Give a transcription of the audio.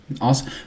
Awesome